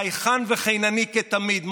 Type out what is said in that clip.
חייכן וחינני כתמיד,